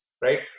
right